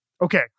Okay